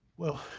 well,